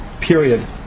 period